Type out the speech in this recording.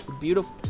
Beautiful